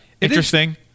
Interesting